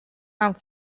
and